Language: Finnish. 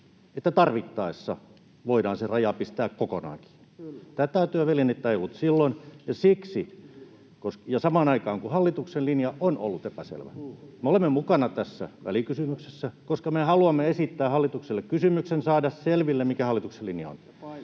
että tarvittaessa voidaan se raja pistää kokonaan kiinni. Tätä työvälinettä ei ollut silloin, ja siksi — samaan aikaan kun hallituksen linja on ollut epäselvä — me olemme mukana tässä välikysymyksessä ja haluamme esittää hallitukselle kysymyksen, saada selville, mikä hallituksen linja on.